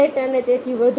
set અને તેથી વધુ